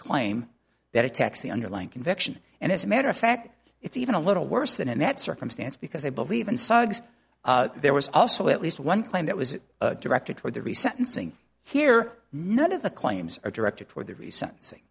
claim that attacks the underlying conviction and as a matter of fact it's even a little worse than in that circumstance because i believe in suggs there was also at least one claim that was directed toward the recent unsing here none of the claims are directed toward the recent